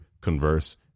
converse